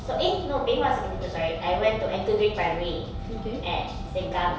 so eh no pei hwa was secondary school sorry I went to anchorgreen primary at sengkang